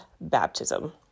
baptism